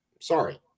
Sorry